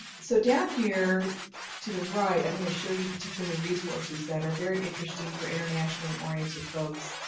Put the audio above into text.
so down here to the right i'm going to show you particular resources that are very interesting for internationally-oriented folks.